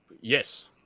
yes